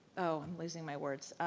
oh, i'm losing my words.